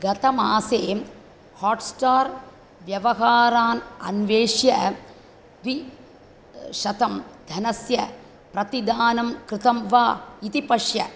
गतमासे होट्स्टार् व्यवहारान् अन्वेष्य द्विशतम् धनस्य प्रतिदानं कृतं वा इति पश्य